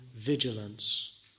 Vigilance